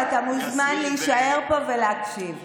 ואתה מוזמן להישאר פה ולהקשיב.